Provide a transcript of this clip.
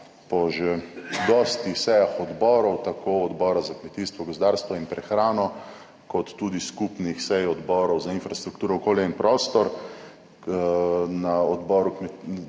po že dosti sejah odborov, tako Odbora za kmetijstvo, gozdarstvo in prehrano kot tudi skupnih sej Odborov za infrastrukturo, okolje in prostor. Na Odboru za kmetijstvo